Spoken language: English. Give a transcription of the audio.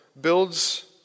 builds